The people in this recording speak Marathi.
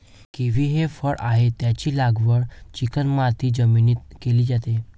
किवी हे फळ आहे, त्याची लागवड चिकणमाती जमिनीत केली जाते